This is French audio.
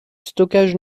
stockage